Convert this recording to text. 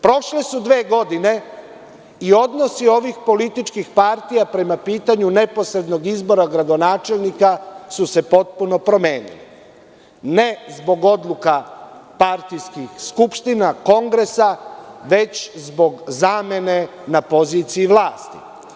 Prošle su dve godine i odnosi ovih političkih partija prema pitanju neposrednog izbora gradonačelnika su se potpuno promenile, ne zbog odluka partijskih skupština, kongresa već zbog zamene na poziciji vlasti.